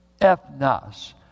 Ethnos